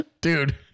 Dude